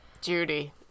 Judy